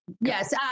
Yes